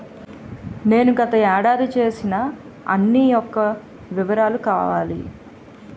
నేను గత ఏడాది చేసిన అన్ని యెక్క వివరాలు కావాలి?